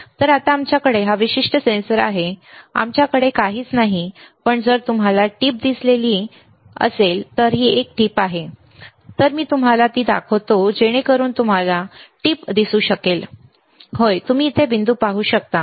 तर आता आमच्याकडे हा विशिष्ट सेन्सर आहे आमच्याकडे काहीच नाही पण जर तुम्हाला टीप दिसली तर ती एक टीप आहे तर मी तुम्हाला ती दाखवतो जेणेकरून तुम्हाला टीप दिसू शकेल होय होय तुम्ही इथे बिंदू पाहू शकता